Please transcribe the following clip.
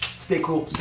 stay cool.